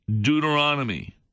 Deuteronomy